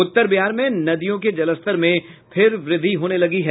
उत्तर बिहार में नदियों के जलस्तर में फिर व्रद्धि होने लगी है